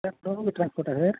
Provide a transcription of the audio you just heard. sir Logu ட்ரான்ஸ்போர்ட்டா sir